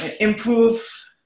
improve